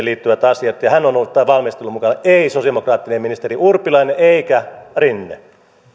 liittyvät asiat silloin ja hän ollut tässä valmistelussa mukana ei sosiaalidemokraattinen ministeri urpilainen eikä rinne